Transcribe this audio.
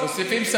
כל